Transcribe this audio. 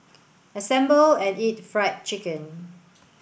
assemble and eat Fried Chicken